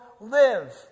live